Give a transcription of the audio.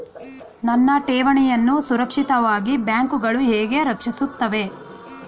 ನನ್ನ ಠೇವಣಿಯನ್ನು ಸುರಕ್ಷಿತವಾಗಿ ಬ್ಯಾಂಕುಗಳು ಹೇಗೆ ರಕ್ಷಿಸುತ್ತವೆ?